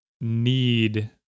need